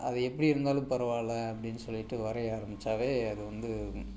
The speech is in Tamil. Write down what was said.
அது எப்படி இருந்தாலும் பரவாயில்ல அப்படின்னு சொல்லிட்டு வரைய ஆரம்மிச்சாவே அது வந்து